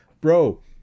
Bro